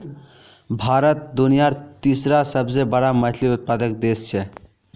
भारत दुनियार तीसरा सबसे बड़ा मछली उत्पादक देश छे